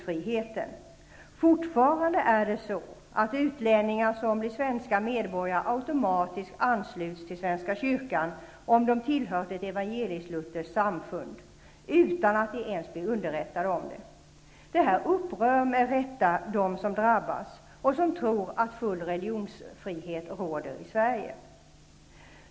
Fortfarande är det så att utlänningar som blir svenska medborgare automatiskt ansluts till svenska kyrkan om de tillhört ett evangelisklutherskt samfund, och detta sker utan att de ens blir underrättade om det. Detta upprör med rätta dem som drabbas och som tror att full religionsfrihet råder i Sverige.